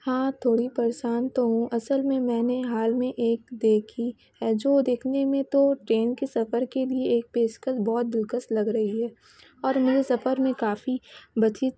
ہاں تھوڑی پریشان تو ہوں اصل میں میں نے حال میں ایک دیکھی ہے جو دیکھنے میں تو ٹرین کے سفر کے لیے ایک پیشکش بہت دلکش لگ رہی ہے اور میرے سفر میں کافی بچت